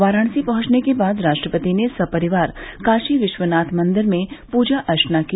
वाराणसी पहुंचने के बाद राष्ट्रपति ने सपरिवार काशी विश्वनाथ मंदिर में पूजा अर्चना की